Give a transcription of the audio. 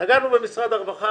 נגענו במשרד הרווחה,